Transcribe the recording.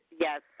Yes